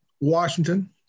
Washington